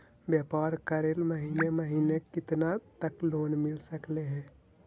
व्यापार करेल महिने महिने केतना तक लोन मिल सकले हे?